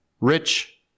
rich